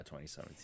2017